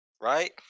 right